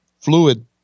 fluid